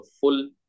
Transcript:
full